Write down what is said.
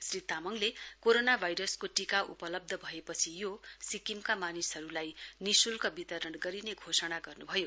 श्री तामङले कोरोना भाइरसको टीका उपलव्ध भएपछि यो सिक्किमका मानिसहरूलाई निशुल्क वितरण गरिने घोषणा गर्नुभयो